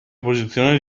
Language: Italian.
posizione